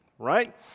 Right